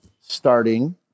Starting